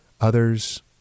Others